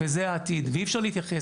זה העתיד, ואי אפשר להתייחס.